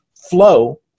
flow